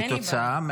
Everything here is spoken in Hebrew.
כי אין לי בעיה.